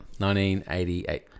1988